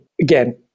again